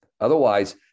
Otherwise